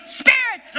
spirit